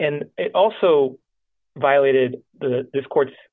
and also violated the court